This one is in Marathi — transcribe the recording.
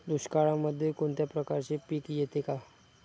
दुष्काळामध्ये कोणत्या प्रकारचे पीक येते का?